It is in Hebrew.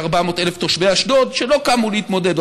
400,000 תושבי אשדוד שלא קמו להתמודד,